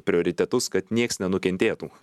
prioritetus kad nieks nenukentėtų